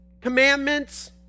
commandments